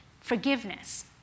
forgiveness